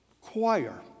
Choir